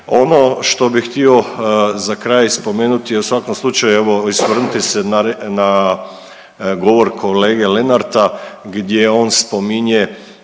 Ono što bi htio za kraj spomenuti je u svakom slučaju evo osvrnuti se na govor kolege Lenarta gdje on spominje